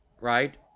Right